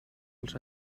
els